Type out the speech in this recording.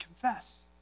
confess